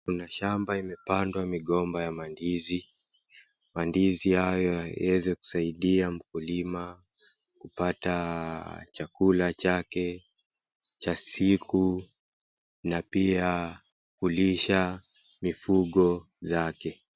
Kuna shamba imepandwa migomba ya mandizi. Mandizi hayo yaweze kusaidia mkulima apate chakula chake cha siku na pia kulisha mifugo zake.